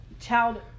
child